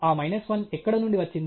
ఆ మైనస్ 1 ఎక్కడ నుండి వచ్చింది